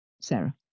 Sarah